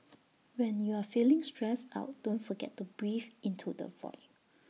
when you are feeling stressed out don't forget to breathe into the void